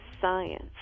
science